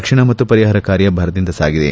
ರಕ್ಷಣಾ ಮತ್ತು ಪರಿಹಾರ ಕಾರ್ಯ ಭರದಿಂದ ಸಾಗಿದೆ